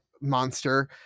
monster